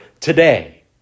today